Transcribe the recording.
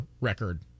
record